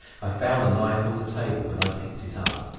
i found a knife on the table and i picked it up.